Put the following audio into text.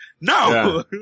No